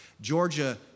Georgia